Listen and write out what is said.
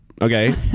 Okay